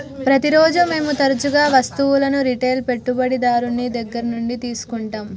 ప్రతిరోజు మేము తరచుగా వస్తువులను రిటైల్ పెట్టుబడిదారుని దగ్గర నుండి తీసుకుంటాం